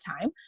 time